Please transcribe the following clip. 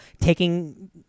taking